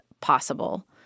possible